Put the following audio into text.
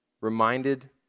reminded